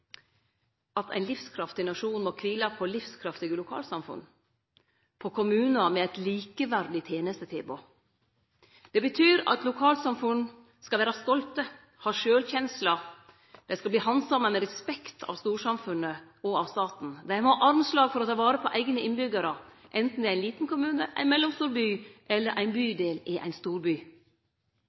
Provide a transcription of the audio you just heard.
at ein livskraftig nasjon må kvile på livskraftige lokalsamfunn, på kommunar med eit likeverdig tenestetilbod. Det betyr at lokalsamfunn skal vere stolte og ha sjølvkjensle, dei skal verte handsama med respekt av storsamfunnet og av staten. Dei må ha armslag for å ta vare på eigne innbyggjarar, anten det er ein liten kommune, ein mellomstor by eller ein bydel i ein